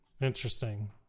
Interesting